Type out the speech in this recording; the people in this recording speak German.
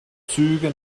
züge